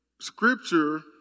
scripture